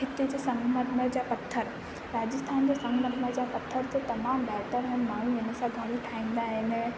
हिते जा संगमरमर जा पत्थर राजस्थान जा संगमरमर जा पत्थर त तमामु बहितर आहिनि माण्हूं हिन सां घर ठाहींदा आहिनि